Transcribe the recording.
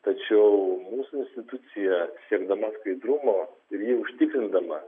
tačiau mūsų institucija siekdama skaidrumo ir jį užtikrindama